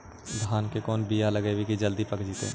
धान के कोन बियाह लगइबै की जल्दी पक जितै?